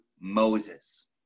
Moses